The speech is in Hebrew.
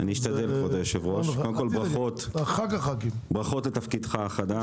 כבוד היושב- ראש, קודם כל, ברכות על תפקידך החדש.